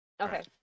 Okay